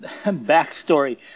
backstory